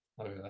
okay